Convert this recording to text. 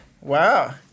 Wow